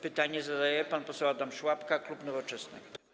Pytanie zadaje pan poseł Adam Szłapka, klub Nowoczesna.